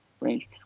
range